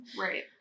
Right